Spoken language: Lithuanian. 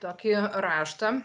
tokį raštą